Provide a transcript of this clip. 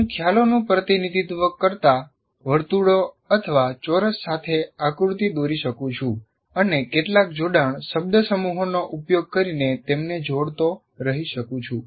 હું ખ્યાલોનું પ્રતિનિધિત્વ કરતા વર્તુળો અથવા ચોરસ સાથે આકૃતિ દોરી શકું છું અને કેટલાક જોડાણ શબ્દસમૂહોનો ઉપયોગ કરીને તેમને જોડતો રહી શકું છું